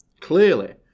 Clearly